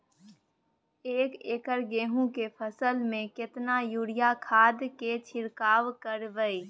एक एकर गेहूँ के फसल में केतना यूरिया खाद के छिरकाव करबैई?